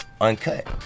Uncut